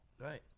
Right